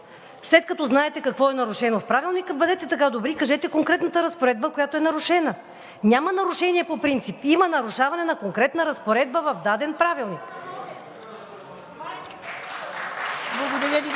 След като знаете какво е нарушено в Правилника, бъдете така добри, кажете конкретната разпоредба, която е нарушена. Няма нарушение по принцип. Има нарушаване на конкретна разпоредба в даден правилник.